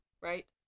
Right